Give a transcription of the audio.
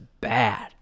bad